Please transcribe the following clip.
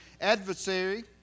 adversary